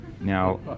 Now